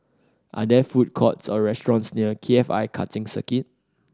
are there food courts or restaurants near K F I Karting Circuit